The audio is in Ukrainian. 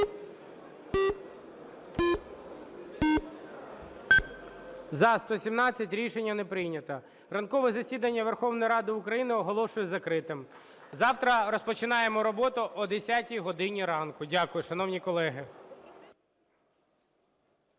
За-117 Рішення не прийнято. Ранкове засідання Верховної Ради України оголошую закритим. Завтра розпочинаємо роботу о 10 годині ранку. Дякую, шановні колеги.